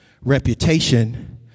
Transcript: Reputation